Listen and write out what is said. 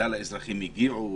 שכלל האזרחים הגיעו: